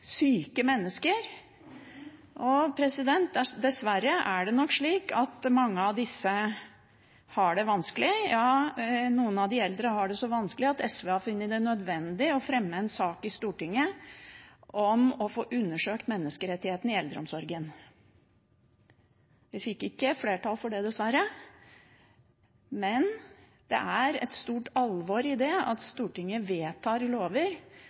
syke mennesker. Dessverre er det nok slik at mange av disse har det vanskelig, ja, noen av de eldre har det så vanskelig at SV har funnet det nødvendig å fremme en sak i Stortinget om å få undersøkt menneskerettighetene i eldreomsorgen. Vi fikk ikke flertall for det, dessverre, men det er alvorlig at Stortinget vedtar lover som i